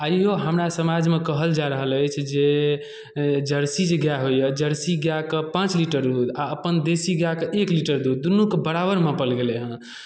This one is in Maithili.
आइओ हमरा समाजमे कहल जा रहल अछि जे जर्सी जे गाए होइए जर्सी गाएके पाँच लीटर दूध आ अपन देशी गाएके एक लीटर दूध दुनूके बराबर मापल गेलै हँ